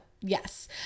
yes